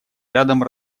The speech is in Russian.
рядом